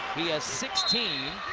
he has sixteen.